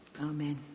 Amen